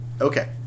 Okay